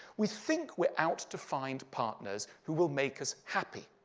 we think we're out to find partners who will make us happy,